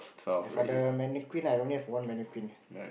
and for the mannequin I only have one mannequin